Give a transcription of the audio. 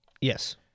yes